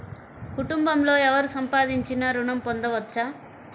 కుటుంబంలో ఎవరు సంపాదించినా ఋణం పొందవచ్చా?